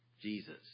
Jesus